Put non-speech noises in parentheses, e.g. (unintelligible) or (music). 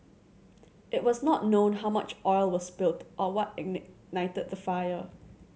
it was not known how much oil was spilled or what (unintelligible) the fire